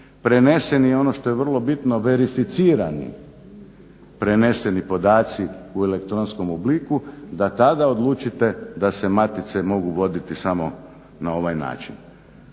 preneseni i ono što je vrlo bitno, verificirani preneseni podaci u elektronskom obliku da tada odlučite da se matice mogu voditi samo na ovaj način.